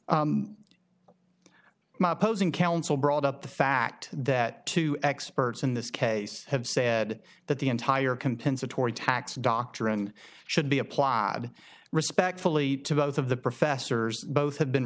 my opposing counsel brought up the fact that two experts in this case have said that the entire compensatory tax doctrine should be applied respectfully to both of the professors both have been